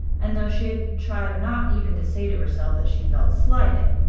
and though she had tried not even to say to herself that she felt slighted,